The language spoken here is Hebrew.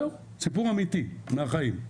סיפור אמיתי מהחיים.